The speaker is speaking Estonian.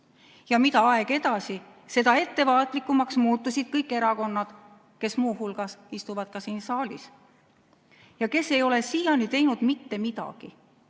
Ja mida aeg edasi, seda ettevaatlikumaks muutusid kõik erakonnad, kes [praegu] istuvad ka siin saalis ja kes ei ole siiani teinud mitte midagi